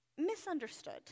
misunderstood